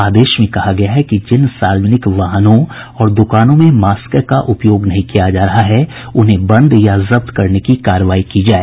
आदेश में कहा गया है कि जिन सार्वजनिक वाहनों और दुकानों में मास्क का उपयोग नहीं किया जा रहा है उन्हें बंद या जब्त करने की कार्रवाई की जाए